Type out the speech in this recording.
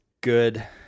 good